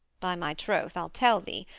by my troth, i'll tell thee,